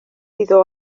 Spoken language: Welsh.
iddo